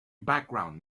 background